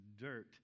dirt